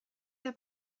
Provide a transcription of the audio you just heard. der